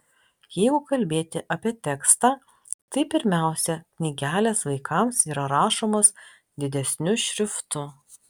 jeigu kalbėti apie tekstą tai pirmiausia knygelės vaikams yra rašomos didesniu šriftu